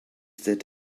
that